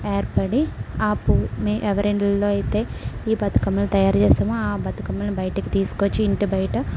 ఏర్పడి ఆ పువ్వు మీ ఎవరిండ్లల్లో అయితే ఈ బతుకమ్మలు తయారు చేస్తామో ఆ బతుకమ్మ బయటకు తీసుకొచ్చి ఇంటి బయట